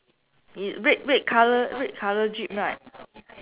is red red colour red colour jeep right